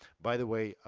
by the way,